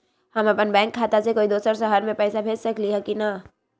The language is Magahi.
हम अपन बैंक खाता से कोई दोसर शहर में पैसा भेज सकली ह की न?